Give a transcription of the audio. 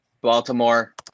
Baltimore